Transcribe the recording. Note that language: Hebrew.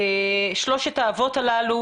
שלושת האבות הללו